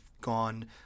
gone